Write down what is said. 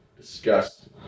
discuss